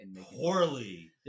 Poorly